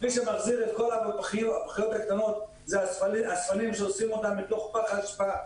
מי שמחזיר את כל הפחיות הקטנות זה אספנים שאוספים אותם מתוך פח האשפה,